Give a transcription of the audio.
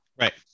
Right